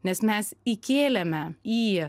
nes mes įkėlėme į